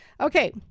okay